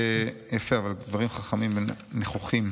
יפה, אבל, דברים חכמים נכוחים.